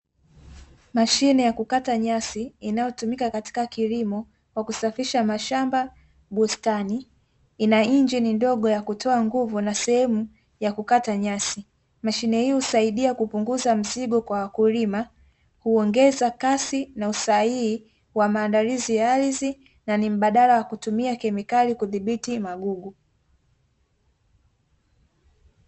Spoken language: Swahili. Mashine ya kukata nyasi, inayotumika katika kilimo kwa kusafisha mashamba, bustani. Ina injini ndogo ya kutoa nguvu na sehemu ya kukata nyasi. Mashine hii husaidia kupunguza mzigo kwa wakulima, huongeza kasi na usahihi wa maandalizi ya ardhi na nimbadala wa kutumia kemikali kudhibiti magugu.